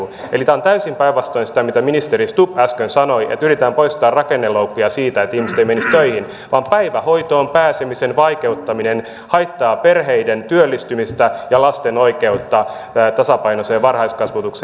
eli tämä on täysin päinvastoin kuin mitä ministeri stubb äsken sanoi että yritetään poistaa rakenneloukkuja siitä että ihmiset eivät menisi töihin päivähoitoon pääsemisen vaikeuttaminen haittaa perheiden työllistymistä ja lasten oikeutta tasapainoiseen varhaiskasvatukseen